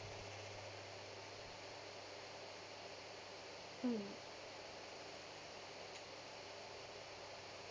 mm